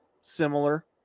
similar